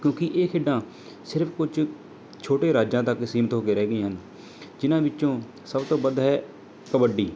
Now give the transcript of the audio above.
ਕਿਉਂਕਿ ਇਹ ਖੇਡਾਂ ਸਿਰਫ ਕੁਝ ਛੋਟੇ ਰਾਜਾਂ ਤੱਕ ਸੀਮਿਤ ਹੋ ਕੇ ਰਹਿ ਗਈਆਂ ਹਨ ਜਿਨ੍ਹਾਂ ਵਿੱਚੋਂ ਸਭ ਤੋਂ ਵੱਧ ਹੈ ਕਬੱਡੀ